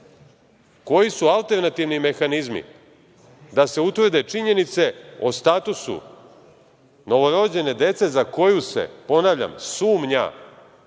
Koji su alternativni mehanizmi da se utvrde činjenice o statusu novorođene dece za koju se, ponavljam, sumnja, a